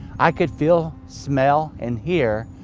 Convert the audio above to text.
i could feel, smell, and hear,